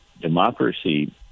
democracy